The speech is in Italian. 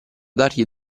dargli